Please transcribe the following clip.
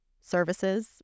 services